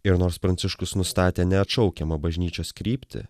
ir nors pranciškus nustatė neatšaukiamą bažnyčios kryptį